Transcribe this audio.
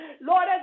Lord